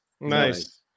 nice